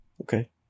Okay